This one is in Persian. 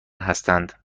هستند